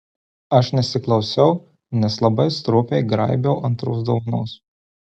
aš nesiklausiau nes labai stropiai graibiau antros dovanos